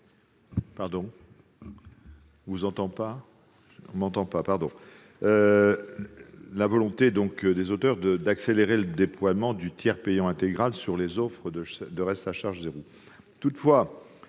amendements identiques d'accélérer le déploiement du tiers payant intégral sur les offres de reste à charge zéro.